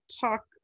talk